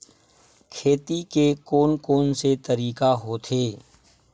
खेती के कोन कोन से तरीका होथे?